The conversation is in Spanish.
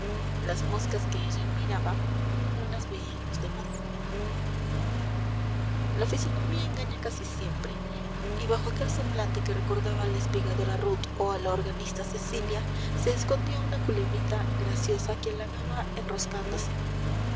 las moscas que ella miraba no las veían los demás la fisonomía engaña casi siempre y bajo aquel semblante que recordaba a la espigadora ruth o a la organista cecilia se escondía una culebrita graciosa que halagaba enroscándose